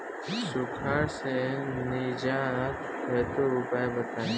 सुखार से निजात हेतु उपाय बताई?